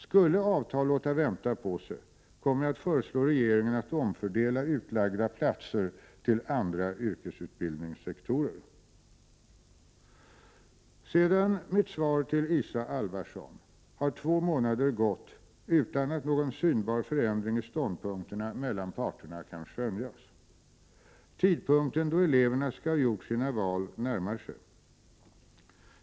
Skulle avtal låta vänta på sig, kommer jag att föreslå regeringen att omfördela utlagda platser till andra yrkesutbildningssektorer.” Sedan mitt svar till Isa Halvarsson har två månader gått utan att någon synbar förändring i ståndpunkterna mellan parterna kan skönjas. Tidpunkten då eleverna skall ha gjort sina val närmar sig.